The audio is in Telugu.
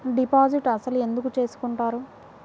డిపాజిట్ అసలు ఎందుకు చేసుకుంటారు?